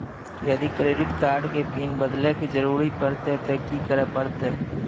यदि credit card के PIN बदले के जरूरी परतै ते की करे परतै?